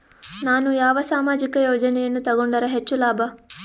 ನಾನು ಯಾವ ಸಾಮಾಜಿಕ ಯೋಜನೆಯನ್ನು ತಗೊಂಡರ ಹೆಚ್ಚು ಲಾಭ?